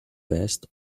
vest